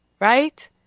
right